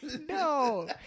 No